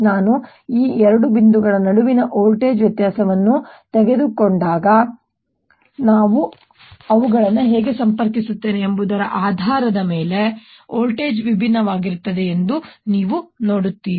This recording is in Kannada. ನಾನು ಈ ಎರಡು ಬಿಂದುಗಳ ನಡುವಿನ ವೋಲ್ಟೇಜ್ ವ್ಯತ್ಯಾಸವನ್ನು ತೆಗೆದುಕೊಂಡಾಗ ನಾನು ಅವುಗಳನ್ನು ಹೇಗೆ ಸಂಪರ್ಕಿಸುತ್ತೇನೆ ಎಂಬುದರ ಆಧಾರದ ಮೇಲೆ ವೋಲ್ಟೇಜ್ ವಿಭಿನ್ನವಾಗಿರುತ್ತದೆ ಎಂದು ನೀವು ನೋಡುತ್ತೀರಿ